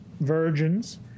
virgins